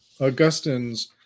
Augustine's